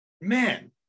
man